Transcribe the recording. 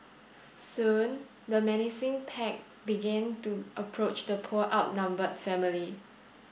soon the menacing pack began to approach the poor outnumbered family